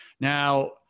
Now